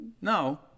no